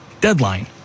deadline